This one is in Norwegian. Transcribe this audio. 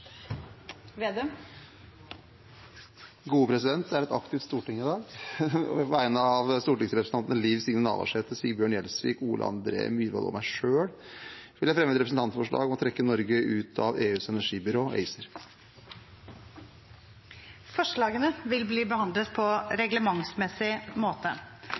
er et aktivt storting i dag, president! På vegne av stortingsrepresentantene Liv Signe Navarsete, Sigbjørn Gjelsvik, Ole André Myhrvold og meg selv vil jeg fremme et representantforslag om å trekke Norge ut av EUs energibyrå ACER. Forslagene vil bli behandlet på reglementsmessig måte.